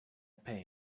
pay